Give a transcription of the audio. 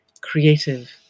creative